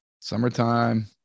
Summertime